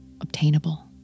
obtainable